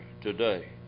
today